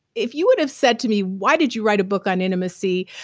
if you would have said to me why did you write a book on intimacy,